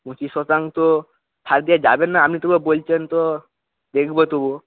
পঁচিশ শতাংশ ছাড় দেওয়া যাবে না আপনি তবুও বলছেন তো দেখব তবুও